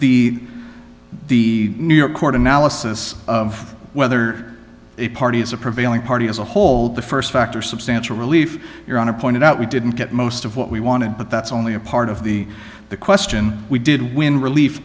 the the new york court analysis of whether a party is a prevailing party as a whole the st factor substantial relief your honor pointed out we didn't get most of what we wanted but that's only a part of the the question we did when relief